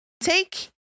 take